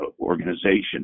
organization